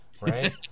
right